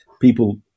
people –